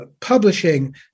publishing